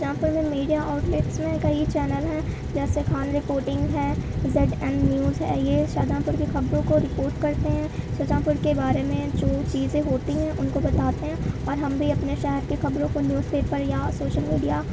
یہاں پہ میں میڈیا آؤٹلیٹس میں کئی چینل ہیں جیسے خان رپورٹنگ ہے زیڈ اینڈ نیوز ہے یہ شاہجانپور کی خبروں کو رپورٹ کرتے ہیں شاہجہانپور میں بارے میں جو چیزیں ہوتی ہیں ان کو بتاتے ہیں اور ہم بھی اپنے شہر کے خبروں کو نیوز پیپر یا سوشل میڈیا